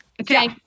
Okay